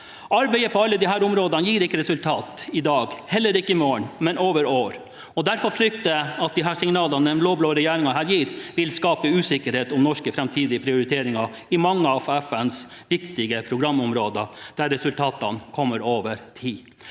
Arbeidet på alle disse områdene gir ikke resultater i dag, heller ikke i morgen, men over år. Derfor frykter jeg at de signalene den blå-blå regjeringen her gir, vil skape usikkerhet om norske framtidige prioriteringer i mange av FNs viktige programområder der resultatene kommer over tid.